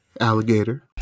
Alligator